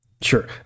Sure